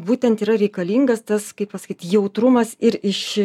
būtent yra reikalingas tas kaip pasakyt jautrumas ir iš